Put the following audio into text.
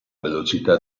velocità